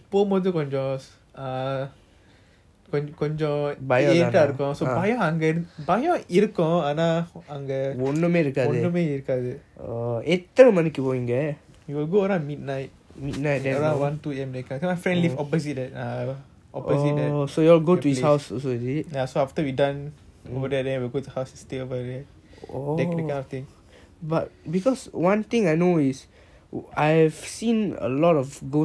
கொஞ்சம் இருந்த இருக்கும் பயம் பயம் இருக்கும் ஆனா அங்க ஒன்னுமே இருக்காது:konjam iruta irukum bayam bayam irukum aana anga onumey irukaathu they will go around midnight midnight around one two A_M அதன்:athan my friend live opposite err opposite there ya so after we done over there then we will go his house stay over that kind of thing